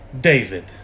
David